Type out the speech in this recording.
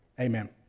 Amen